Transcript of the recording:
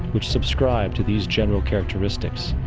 which subscribe to these general characteristics.